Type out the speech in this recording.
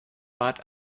bat